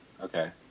Okay